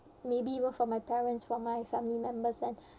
maybe even for my parents for my family members and